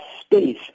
space